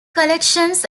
collections